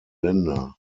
länder